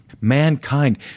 mankind